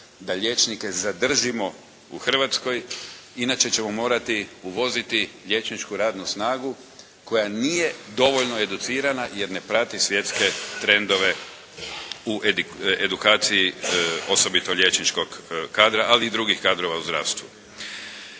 da liječnike zadržimo u Hrvatskoj. Inače ćemo morati uvoziti liječničku radnu snagu koja nije dovoljno educirana jer ne prati svjetske trendove u edukaciji osobito liječničkog kadra ali i drugih kadrova u zdravstvu.